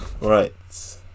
Right